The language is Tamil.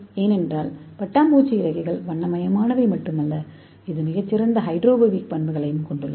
ஏனென்றால் பட்டாம்பூச்சி இறக்கைகள் வண்ணமயமானவை மட்டுமல்ல இது மிகச் சிறந்த ஹைட்ரோபோபிக் பண்புகளையும் கொண்டுள்ளது